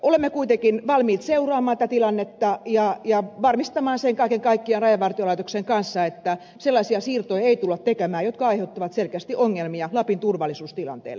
olemme kuitenkin valmiit seuraamaan tätä tilannetta ja varmistamaan sen kaiken kaikkiaan rajavartiolaitoksen kanssa että sellaisia siirtoja ei tulla tekemään jotka aiheuttavat selkeästi ongelmia lapin turvallisuustilanteelle